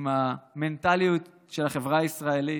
עם המנטליות של החברה הישראלית.